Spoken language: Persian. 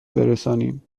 برسانیم